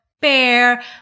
Bear